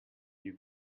you